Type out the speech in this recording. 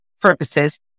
purposes